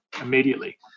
immediately